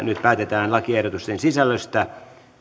nyt päätetään lakiehdotusten sisällöstä